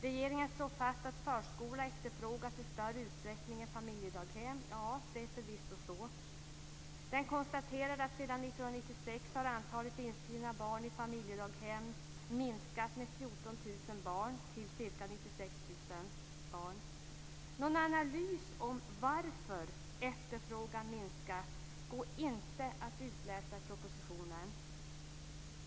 Regeringen slår fast att förskola efterfrågas i större utsträckning än familjedaghem. Ja, det är förvisso så. Den konstaterar att sedan 1996 har antalet inskrivna barn i familjedaghem minskat med 14 000 barn till ca 96 000 barn. Någon analys av varför efterfrågan minskat går inte att utläsa i propositionen.